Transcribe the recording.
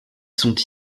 sont